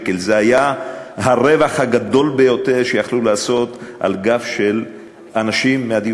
זה היה הרווח הגדול ביותר שיכלו לעשות על גב של אנשים מהדיור הציבורי.